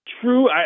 True